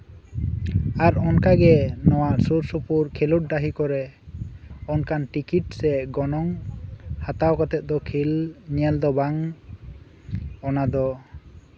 ᱟᱨ ᱚᱱᱠᱟ ᱜᱮ ᱱᱚᱶᱟ ᱥᱩᱨᱼᱥᱩᱯᱩᱨ ᱠᱷᱮᱞᱳᱸᱰ ᱰᱟᱦᱤ ᱠᱮᱨᱚ ᱚᱱᱠᱟᱱ ᱴᱤᱠᱤᱴ ᱥᱮ ᱜᱚᱱᱚᱝ ᱦᱟᱛᱟᱣ ᱠᱟᱛᱮ ᱫᱚ ᱠᱷᱮᱞ ᱧᱮᱞ ᱫᱚ ᱵᱟᱝ ᱚᱱᱟᱫᱚ